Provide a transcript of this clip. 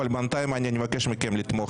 אבל בינתיים אני מבקש מכם לתמוך בהסתייגות.